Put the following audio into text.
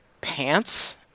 pants